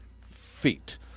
feet